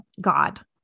God